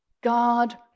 God